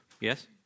yes